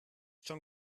schon